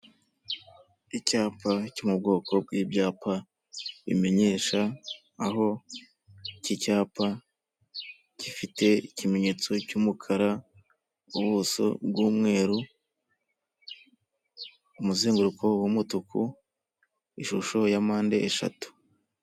Icyapa cyo mu bwoko bw'ibyapa bimenyesha, aho iki cyapa gifite ikimenyetso cy'umukara, ubuso bw'umweru, umuzenguruko w'umutuku, ishusho ya mpande eshatu.